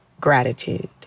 gratitude